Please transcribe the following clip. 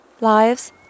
lives